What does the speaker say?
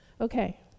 Okay